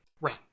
Right